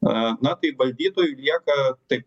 a na tai valdytojų lieka taip